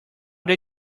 they